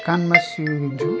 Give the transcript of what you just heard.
कानमा सिउरिन्छौँ